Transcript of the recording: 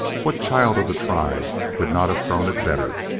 what child of the tribe could not have thrown it better!